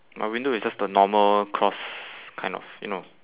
my window is just the normal cross kind of you know